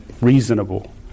reasonable